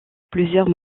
plusieurs